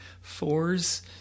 fours